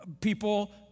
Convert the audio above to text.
People